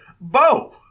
Bo